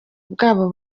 bwabo